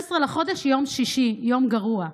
16 בחודש, יום שישי, יום גרוע.